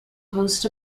hosts